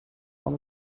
van